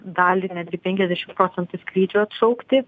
dalį netgi penkiasdešim procentų skrydžių atšaukti